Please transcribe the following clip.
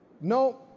No